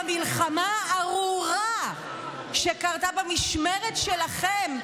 במלחמה הארורה שקרתה במשמרת שלכם,